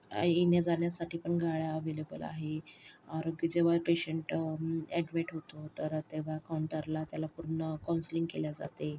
येण्याजाण्यासाठी पण गाड्या ॲवेलेबल आहे रोगी जेव्हा पेशंट ॲडमिट होतो तर तेव्हा काउंटरला त्याला पूर्ण काउन्सलिंग केले जाते